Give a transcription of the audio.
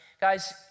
Guys